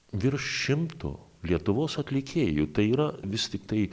virš šimto lietuvos atlikėjų tai yra vis tiktai